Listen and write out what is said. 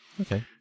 Okay